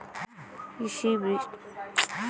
কৃষি, বৃষ্টিপাত আর পরিবর্তনশীল ঋতুর উপর নির্ভরশীল